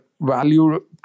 value